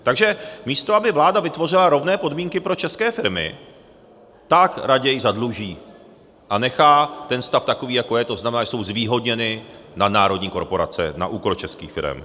Takže místo aby vláda vytvořila rovné podmínky pro české firmy, tak se raději zadluží a nechá ten stav takový, jaký je, to znamená, že jsou zvýhodněny nadnárodní korporace na úkor českých firem.